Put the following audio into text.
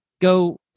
go